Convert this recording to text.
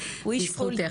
יבדקו?